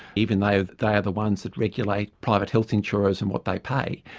even though they are the ones that regulate private health insurers and what they pay.